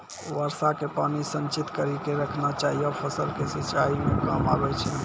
वर्षा के पानी के संचित कड़ी के रखना चाहियौ फ़सल के सिंचाई मे काम आबै छै?